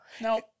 no